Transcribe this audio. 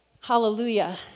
hallelujah